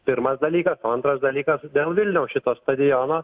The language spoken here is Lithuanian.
pirmas dalykas o antras dalykas dėl vilniaus šito stadiono